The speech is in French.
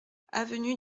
avenue